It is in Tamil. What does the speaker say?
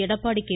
எடப்பாடி கே